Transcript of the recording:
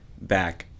back